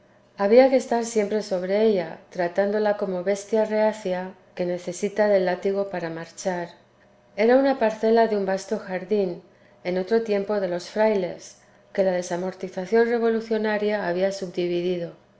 había que estar siempre sobre ella tratándola como bestia reacia que necesita del látigo para marchar era una parcela de un vasto jardín en otro tiempo de los frailes que la desamortización revolucionaria había subdivido